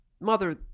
mother